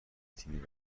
تیم